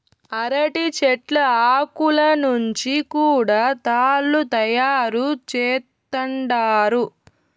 అరటి చెట్ల ఆకులను నుంచి కూడా తాళ్ళు తయారు చేత్తండారు